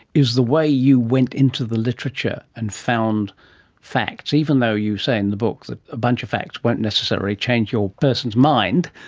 is the way you went into the literature and found facts, even though you say in the book that a bunch of facts won't necessarily change a person's mind.